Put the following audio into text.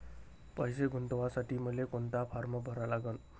पैसे गुंतवासाठी मले कोंता फारम भरा लागन?